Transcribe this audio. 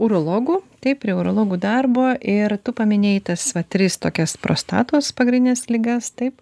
urologų taip prie urologų darbo ir tu paminėjai tas va tris tokias prostatos pagrindines ligas taip